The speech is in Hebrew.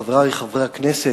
חברי חברי הכנסת,